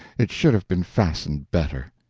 it should have been fastened better.